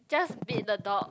just beat the dog